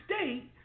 state